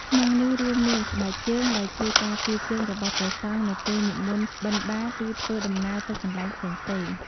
ក្នុងនោះរួមមាន ស្បែកជើង ដែលជួយការពារជើងរបស់ព្រះសង្ឃនៅពេលនិមន្តបិណ្ឌបាត ឬធ្វើដំណើរទៅកន្លែងផ្សេងៗ។